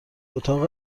اتاق